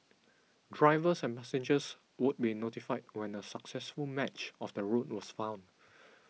drivers and passengers would be notified when a successful match of the route was found